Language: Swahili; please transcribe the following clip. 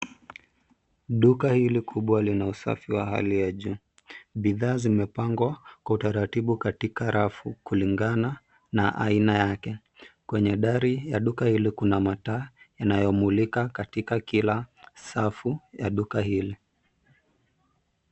Duka hili kubwa lina usafi wa hali ya juu. Bidhaa zimepangwa kwa utaratibu katika rafu kulingana na aina yake. Kwenye dari ya duka hili, kuna mataa yanayomulika katika kila safu ya duka hili.